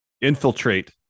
infiltrate